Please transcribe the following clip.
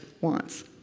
wants